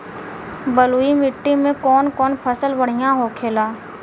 बलुई मिट्टी में कौन कौन फसल बढ़ियां होखेला?